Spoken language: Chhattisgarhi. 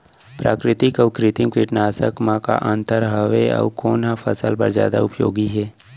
प्राकृतिक अऊ कृत्रिम कीटनाशक मा का अन्तर हावे अऊ कोन ह फसल बर जादा उपयोगी हे?